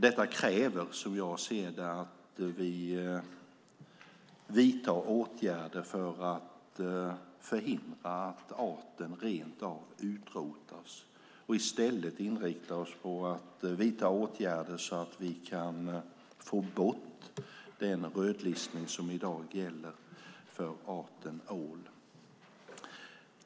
Detta kräver, som jag ser det, att vi vidtar åtgärder för att förhindra att arten rent av utrotas. Vi ska i stället inrikta oss på att vidta åtgärder så att vi kan få bort den rödlistning som i dag gäller för arten ål.